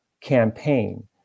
campaign